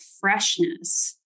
freshness